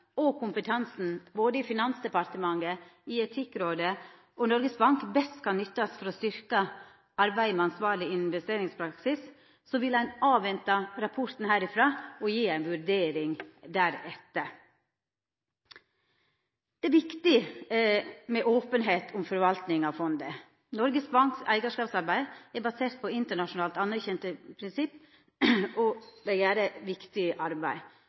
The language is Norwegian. og kompetansen i både Finansdepartementet, Etikkrådet og Noregs Bank best kan nyttast for å styrkja arbeidet med ansvarlege investeringspraksis, vil ein venta med rapporten herifrå og gje ei vurdering deretter. Det er viktig med openheit om forvalting av fondet. Noregs Bank sitt eigarskapsarbeid er basert på internasjonalt anerkjende prinsipp, og dei gjer eit viktig arbeid,